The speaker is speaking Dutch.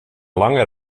lange